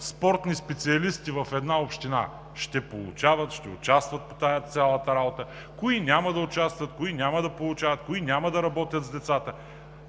спортни специалисти в една община ще получават, ще участват по тази цялата работа, кои няма да участват, кои няма да получават, кои няма да работят с децата,